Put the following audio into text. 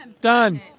Done